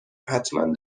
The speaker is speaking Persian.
حتما